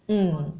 mm